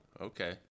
okay